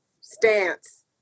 stance